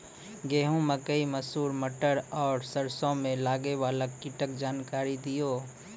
गेहूँ, मकई, मसूर, मटर आर सरसों मे लागै वाला कीटक जानकरी दियो?